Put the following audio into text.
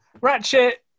Ratchet